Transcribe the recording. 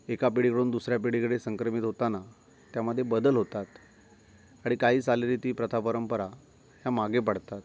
एका पिढीकडून दुसऱ्या पिढीकडे संक्रमित होताना त्यामध्ये बदल होतात आणि काही चालीरीती प्रथा परंपरा ह्या मागे पडतात